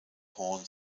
horn